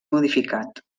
modificat